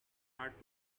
hard